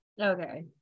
Okay